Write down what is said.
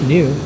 New